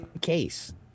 case